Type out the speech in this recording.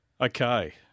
Okay